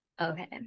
Okay